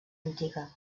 antiga